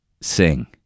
sing